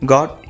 God